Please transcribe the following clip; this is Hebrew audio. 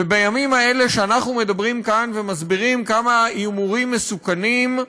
ובימים האלה שאנחנו מדברים כאן ומסבירים כמה ההימורים מסוכנים,